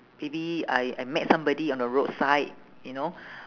maybe I I met somebody on the roadside you know